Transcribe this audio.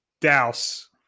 douse